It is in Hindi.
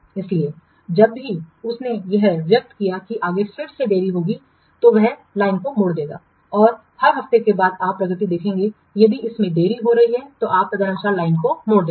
इसलिए जब भी उसने यह व्यक्त किया कि आगे फिर देरी होगी तो वह लाइन को मोड़ देगा और हर हफ्ते के बाद आप प्रगति देखेंगे यदि इसमें देरी हो रही है तो आप तदनुसार लाइन को मोड़ देंगे